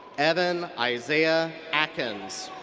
evan isaiah akins.